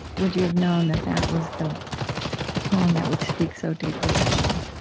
would you have known that that was the the poem that would speak so deeply to people?